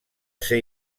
ser